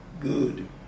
good